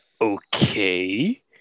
Okay